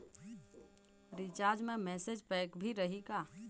Recharge मा message pack भी रही का?